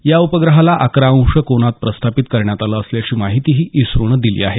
या उपग्रहाला अकरा अंश कोनात प्रस्थापित करण्यात आलं असल्याची माहितीही इस्त्रोनं दिली आहे